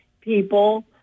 people